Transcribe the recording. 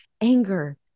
anger